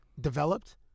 developed